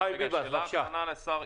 חיים ביבס, ראש השלטון המקומי, בבקשה.